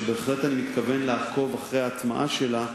שבהחלט אני מתכוון לעקוב אחרי ההטמעה שלה,